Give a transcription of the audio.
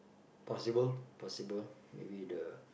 possible possible maybe the